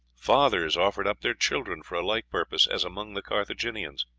fathers offered up their children for a like purpose, as among the carthaginians.